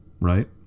Right